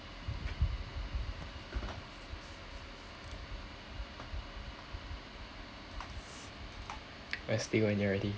press play when you are ready